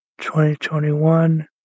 2021